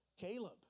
Caleb